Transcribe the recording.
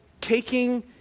taking